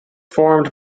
formed